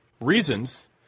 reasons